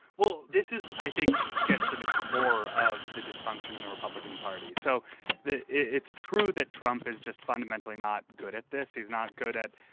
well, this is i think, gets to the core of the dysfunction in the republican party. so it's true that trump is just fundamentally not good at this. he's not good at.